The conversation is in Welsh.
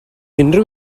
unrhyw